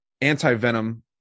anti-venom